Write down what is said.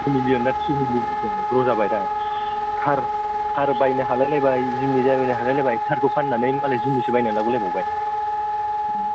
तु million ना three millions ग्र जाबाय दा थार बायनो हालायलायबाय जिमनि बायनो हालायलायबाय थारखौ फाननानै मालाय जिमनिसो बायनानै लाबोलायबावबाय